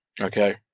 okay